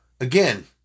Again